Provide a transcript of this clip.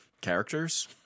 characters